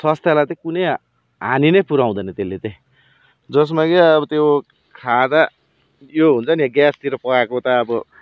स्वास्थ्यलाई कुनै हानी नै पुऱ्याउँदैन त्यसले चाहिँ जसमा कि अब त्यो खाँदा यो हुन्छ नि ग्यासतिर पकाएको त अब